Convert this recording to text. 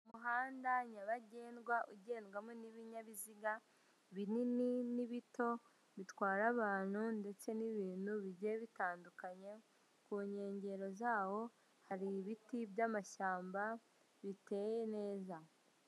Umuhanda nyabagendwa ugendwamo n'ibinyabiziga binini n'ibito bitwara abantu ndetse n'ibintu bigiye bitandukanye, ku nkengero zawo hari ibiti by'amashyamba biteye neza.